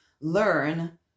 learn